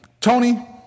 Tony